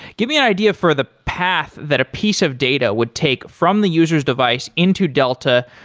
give me an idea for the path that a piece of data would take from the user s device into delta,